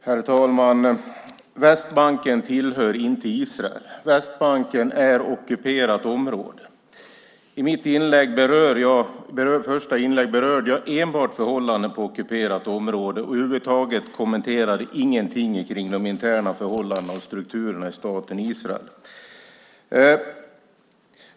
Herr talman! Västbanken tillhör inte Israel. Västbanken är ockuperat område. I mitt första inlägg berörde jag enbart förhållanden på ockuperat område och kommenterade över huvud taget ingenting om de interna förhållandena och strukturerna i staten Israel.